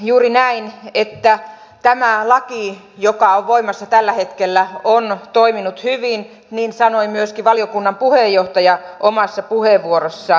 juuri näin että tämä laki joka on voimassa tällä hetkellä on toiminut hyvin niin sanoi myöskin valiokunnan puheenjohtaja omassa puheenvuorossaan